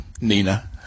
nina